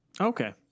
okay